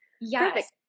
Yes